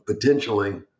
potentially